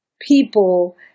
people